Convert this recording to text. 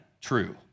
true